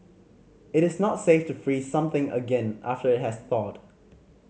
it is not safe to freeze something again after it has thawed